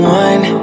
one